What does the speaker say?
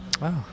Wow